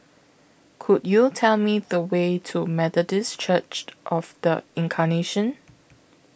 Could YOU Tell Me The Way to Methodist Church of The Incarnation